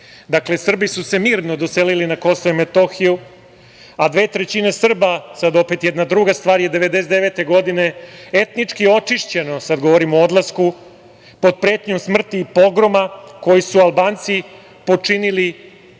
Dakle, Srbi su se mirno doselili na Kosovo i Metohiju, a dve trećine Srba, sad opet jedna druga stvar, je 1999. godine etnički očišćeno, sad govorim o odlasku, pod pretnjom smrti i pogroma koji su Albanci počinili pet